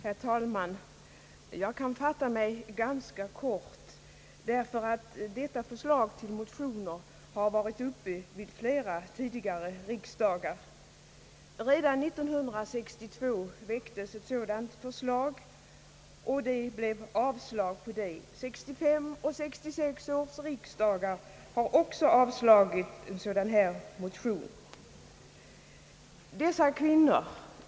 Herr talman! Jag kan fatta mig ganska kort, ty det motionsförslag som här föreligger har varit uppe vid flera tidigare riksdagar. Redan 1962 väcktes motioner i frågan, och dessa motioner avslogs av riksdagen. 1965 års och 1966 års riksdagar har också avslagit en sådan här motion.